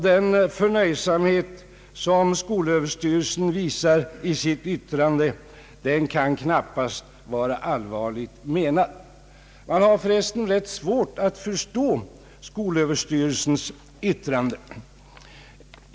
Den förnöjsamhet som skolöverstyrelsen visar i sitt yttrande kan knap past vara allvarligt menad. Jag har för övrigt ganska svårt att förstå dess yttrande.